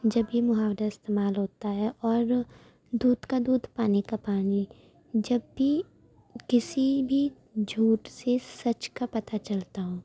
جب یہ محاورہ استعمال ہوتا ہے اور دودھ کا دودھ پانی کا پانی جب بھی کسی بھی جھوٹ سے سچ کا پتہ چلتا ہو